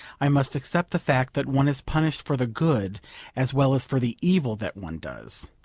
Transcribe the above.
i must accept the fact that one is punished for the good as well as for the evil that one does.